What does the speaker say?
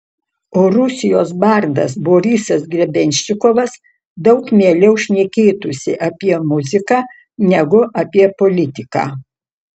o rusijos bardas borisas grebenščikovas daug mieliau šnekėtųsi apie muziką negu apie politiką